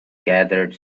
gathered